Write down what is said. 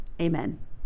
Amen